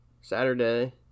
Saturday